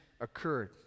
occurred